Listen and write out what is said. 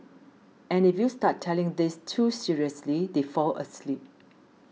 and if you start telling this too seriously they fall asleep